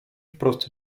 wprost